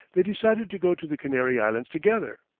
they decided to go to the canary islands together.